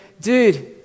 dude